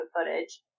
footage